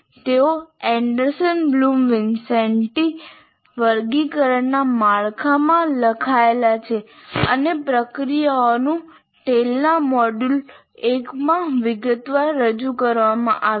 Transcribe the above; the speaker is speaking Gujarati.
તેઓ એન્ડરસન બ્લૂમ વિન્સેન્ટી વર્ગીકરણના માળખામાં લખાયેલા છે અને પ્રક્રિયાઓ ટેલેના મોડ્યુલ 1 માં વિગતવાર રજૂ કરવામાં આવી છે